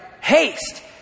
Haste